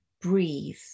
breathe